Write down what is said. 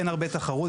אין הרבה תחרות.